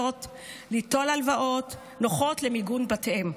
ליטול הלוואות נוחות למיגון בתיהן.